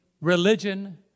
religion